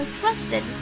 trusted